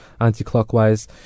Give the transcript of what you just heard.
anti-clockwise